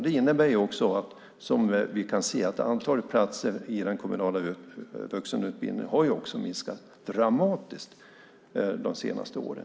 Det innebär, som vi kan se, att antalet platser i den kommunala vuxenutbildningen har minskat dramatiskt de senaste åren.